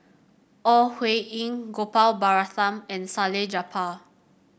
Ore Huiying Gopal Baratham and Salleh Japar